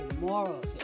morals